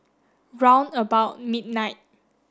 round about midnight